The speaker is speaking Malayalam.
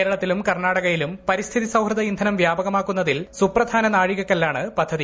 കേരളത്തിലും കർണാടകയിലും പരിസ്ഥിതി സൌഹൃദ ഇന്ധനം വ്യാപകമാക്കുന്നതിൽ സുപ്രധാന നാഴികകല്ലാണ് പദ്ധതി